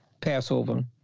Passover